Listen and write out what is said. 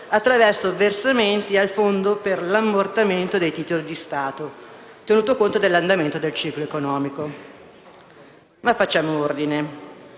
attraverso versamenti al fondo per l'ammortamento dei titoli di Stato, tenuto conto dell'andamento del ciclo economico. Ma facciamo ordine.